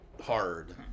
hard